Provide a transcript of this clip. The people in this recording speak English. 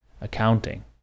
accounting